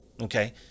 Okay